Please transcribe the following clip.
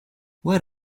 what